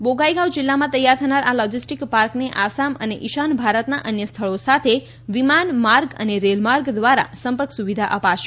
બોંગાઇગાવ જિલ્લામાં તૈયાર થનાર આ લોજીસ્ટીક પાર્કને આસામ અને ઇશાન ભારતના અન્ય સ્થળો સાથે વિમાન માર્ગ અને રેલમાર્ગ દ્વારા સંપર્ક સુવિધા અપાશે